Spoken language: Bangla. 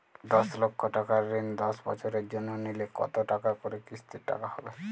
দশ লক্ষ টাকার ঋণ দশ বছরের জন্য নিলে কতো টাকা করে কিস্তির টাকা হবে?